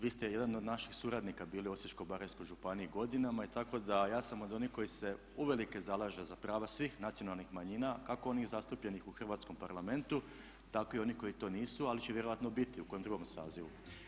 Vi ste jedan od naših suradnika bili u Osječko-baranjskoj županiji godinama i tako da ja sam od onih koji se uvelike zalaže za prava svih nacionalnih manjina kako onih zastupljenih u Hrvatskom parlamentu tako i onih koji to nisu ali će vjerojatno biti u kojem drugom sazivu.